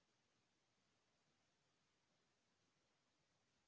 का मुबाइल ले बिजली के बिल चुका सकथव?